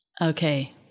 Okay